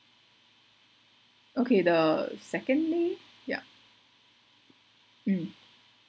okay the second day yup mm